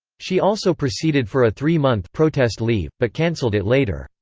she also proceeded for a three-month protest leave, but canceled it later.